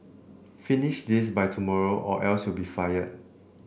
finish this by tomorrow or else you'll be fired